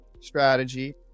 strategy